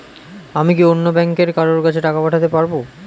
আমি কি অন্য ব্যাংকের কারো কাছে টাকা পাঠাতে পারেব?